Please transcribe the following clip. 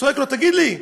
צועק לו: תגיד לי,